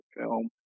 film